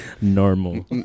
Normal